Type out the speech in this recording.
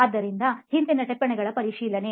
ಆದ್ದರಿಂದ ಹಿಂದಿನ ಟಿಪ್ಪಣಿಗಳ ಪರಿಶೀಲನೆ